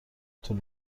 طول